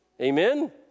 Amen